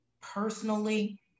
personally